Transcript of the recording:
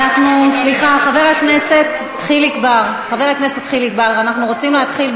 אני מבקש מחברי הכנסת לאשר את שתי ההצעות כפי שאישרה ועדת הכנסת,